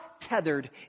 tethered